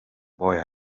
boy